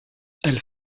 elles